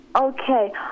Okay